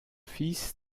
fils